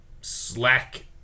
slack